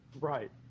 Right